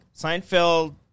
Seinfeld